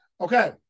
Okay